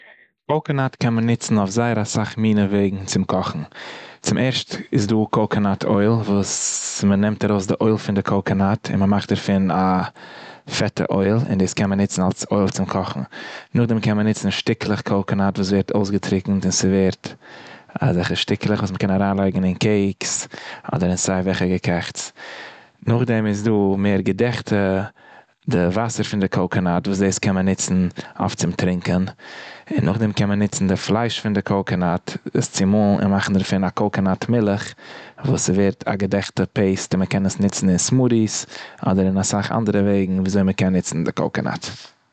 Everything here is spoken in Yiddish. קוקונאט קען מען ניצן אויף זייער אסאך מיני וועגן צום קאכן. צום ערשט, איז דא קוקונאט אויל וואס מ'נעמט ארויס די אויל פון די קוקונאט, און מ'מאכט דערפון א פעטע אויל און דאס קען מען ניצן אלס אויל צום קאכן. נאכדעם קען מען ניצן שטיקלעך קוקנאט וואס ווערט אויסגעטריקנט און ס'ווערט אזעלכע שטיקלעך וואס מ'קען אריינלייגן אין קעיקס אדער אין סיי וועלכע געקעכעטץ. נאכדעם איז דא מער געדעכטע, די וואסער פון די קוקונאט וואס דאס קען מען ניצן אויף צום טרינקען. און נאכדעם קען מען ניצן די פלייש פון די קוקונאט דאס צומאלן און מאכן דערפון א קוקונאט מילך וואס ס'ווערט א געדעכטע פעיסט, און מ'קען עס ניצן אין סמודיס אדער אין אסאך אנדערע וועגן וויאזוי מ'קען ניצן די קוקונאט.